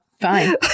fine